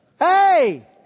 Hey